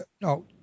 no